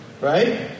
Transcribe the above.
right